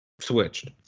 Switched